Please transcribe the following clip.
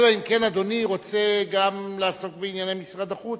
אלא אם כן אדוני רוצה גם לעסוק בענייני משרד החוץ,